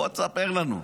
בוא תספר לנו.